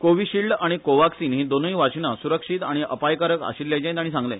कोविशील्ड आनी कोवाक्सीन ही दोनूय वाशीना सुरक्षित आनी अपायकारक आशिल्ल्याचेय ताणी सांगले